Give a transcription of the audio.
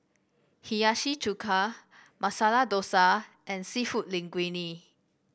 Hiyashi Chuka Masala Dosa and seafood Linguine